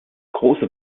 grosse